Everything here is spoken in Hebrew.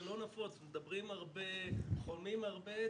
מדברים הרבה, חולמים הרבה.